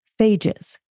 phages